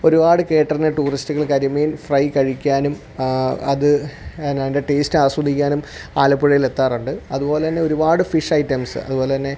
ഒരുപാട് കേട്ട അറിഞ്ഞ ടൂറിസ്റ്റുകൾ കരിമീൻ ഫ്രൈ കഴിക്കാനും അത് പിന്നെ അതിൻ്റെ ടേസ്റ്റ് ആസ്വദിക്കാനും ആലപ്പുഴയിൽ എത്താറുണ്ട് അതുപോലെ തന്നെ ഒരുപാട് ഫിഷ് ഐറ്റംസ് അതുപോലെ തന്നെ